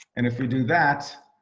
and if we do that,